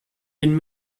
been